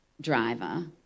driver